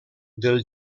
del